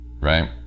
Right